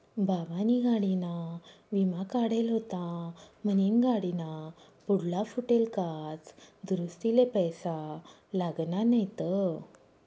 बाबानी गाडीना विमा काढेल व्हता म्हनीन गाडीना पुढला फुटेल काच दुरुस्तीले पैसा लागना नैत